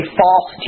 false